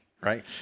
right